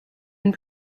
and